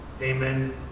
Amen